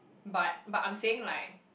but but I'm saying like